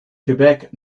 quebec